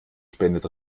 spendet